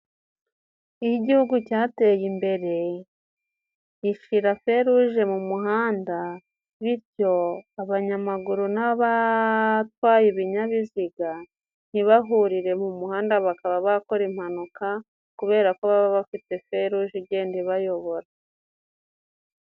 Iyo igihugu cyateye imbere gishira feruje mu muhanda, bityo abanyamaguru n'abatwaye ibinyabiziga ntibahurire mu muhanda bakaba bakora impanuka kubera ko baba bafite feruje igenda ibayobora.